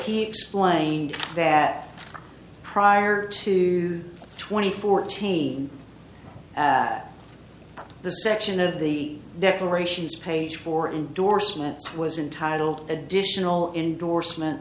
he explained that prior to twenty fourteen the section of the declarations page four indorsements was entitled additional indorsement